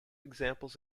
examples